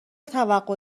توقع